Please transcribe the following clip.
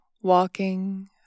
walking